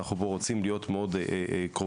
אנחנו פה רוצים להיות מאוד קרובים,